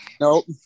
Nope